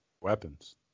Weapons